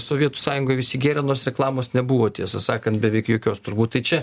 sovietų sąjungoj visi gėrė nors reklamos nebuvo tiesą sakant beveik jokios turbūt tai čia